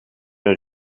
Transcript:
een